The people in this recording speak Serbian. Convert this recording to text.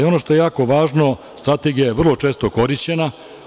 Ono što je jako važno, strategija je vrlo često korišćena.